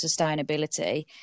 sustainability